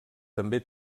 també